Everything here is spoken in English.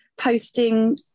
posting